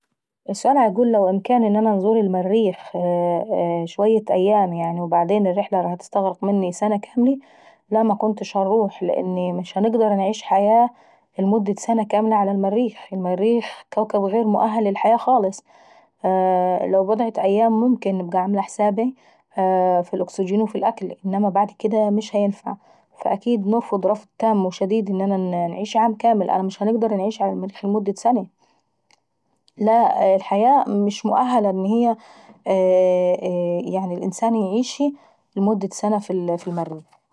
السؤال عيقول لو انا بامكاني نزور المريخ شوية أيام وبعدين الموضوع دا هستغرق مني سنة كاملة؟ لا مكنتش هنروح لان مش هنقدر انعيش حياة لمدة سنة كاملة على المريخ، المريخ غير مؤخل للحياة خالص. لو بضعة ايام ممكن نبقى عاملة حاسباي في الأكل والمية والاكسجين، انما بعد كديه مش هينفع فاكيد نرفض رفض تام وشديد ان انا نعيش لمدة عام كامل، انا مش هنقدر انعيش على المريخ لمدة سنة والحياة مش مؤهلة ان الانسان يعيشها لمدة سنة على المريخ.